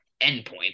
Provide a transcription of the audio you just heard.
endpoint